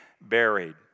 buried